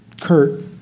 Kurt